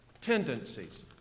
tendencies